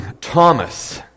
Thomas